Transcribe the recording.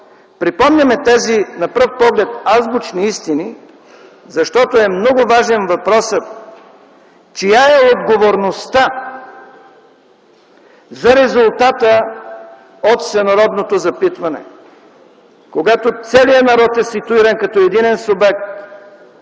припомняме тези, на пръв поглед, азбучни истини, защото е много важен въпросът чия е отговорността за резултата от всенародното запитване? Когато целият народ е ситуиран като единен субект